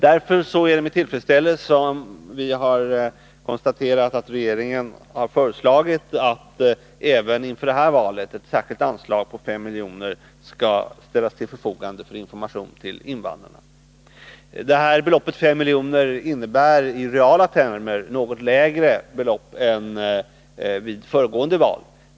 Därför är det nu med tillfredsställelse vi har konstaterat att regeringen har föreslagit att det även inför 1982 års val skall ställas ett särskilt anslag till förfogande för information till invandrarna. Beloppet 5 miljoner innebär i reala termer ett något lägre belopp än vid föregående val.